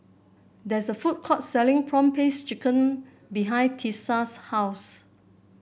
there is a food court selling prawn paste chicken behind Tisa's house